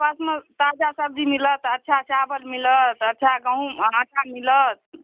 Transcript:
पास मे ताजा सब्जी मिलत अच्छा चावल मिलत अच्छा गहूॅंम आटा मिलत